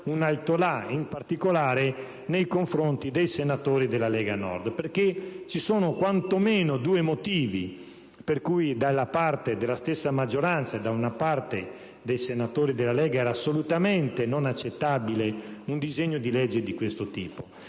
e, in particolare, nei confronti dei senatori della Lega Nord. Ci sono infatti quanto meno due motivi per cui da una parte della maggioranza, e da parte dei senatori della Lega non era assolutamente accettabile un disegno di legge di questo tipo.